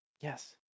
Yes